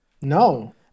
No